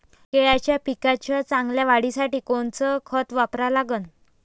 केळाच्या पिकाच्या चांगल्या वाढीसाठी कोनचं खत वापरा लागन?